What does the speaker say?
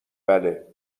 بله